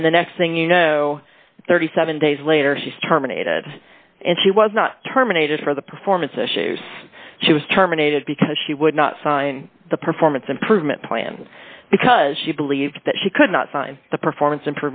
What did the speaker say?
and the next thing you know thirty seven days later she's terminated and she was not terminated for the performance issues she was terminated because she would not sign the performance improvement plan because she believed that she could not sign the performance